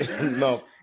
No